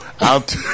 out